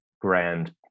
grand